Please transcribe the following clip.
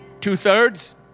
Two-thirds